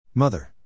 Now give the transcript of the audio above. Mother